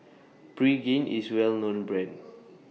Pregain IS Well known Brand